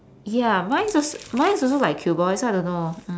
ya mine's al~ mine's also like cuboid so I don't know